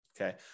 okay